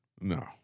No